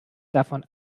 davon